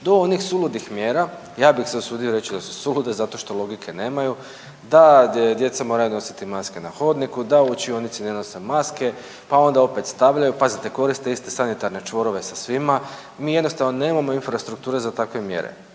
do onih suludih mjera ja bih se usudio reći da su sulude zato što logike nemaju da djeca moraju nositi maske na hodniku, da u učionici ne nose maske, pa onda opet stavljaju. Pazite koriste iste sanitarne čvorove sa svima. Mi jednostavno nemamo infrastrukture za takve mjere.